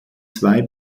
zwei